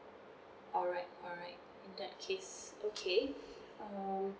alright alright in that case okay uh